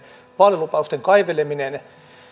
vaalilupausten kaivelemisen